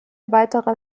weiterer